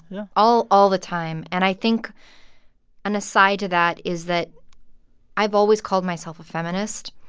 yeah all all the time. and i think an aside to that is that i've always called myself a feminist,